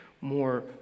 more